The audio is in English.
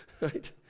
right